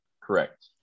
Correct